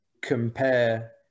compare